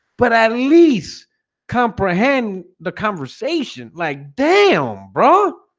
but at least comprehend the conversation like damn, bro